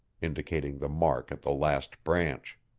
indicating the mark at the last branch.